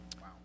Wow